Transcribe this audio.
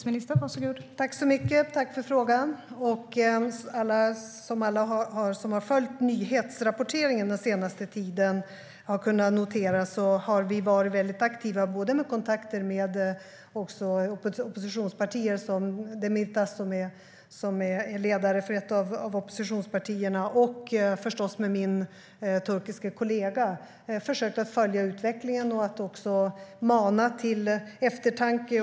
Fru talman! Tack för frågan, Magda Rasmusson! Som alla som har följt nyhetsrapporteringen den senaste tiden har kunnat notera har vi varit mycket aktiva i fråga om kontakter med oppositionspartier - till exempel med Demirtas, som är ledare för ett av oppositionspartierna - och förstås med min turkiske kollega. Vi har försökt följa utvecklingen och mana till eftertanke.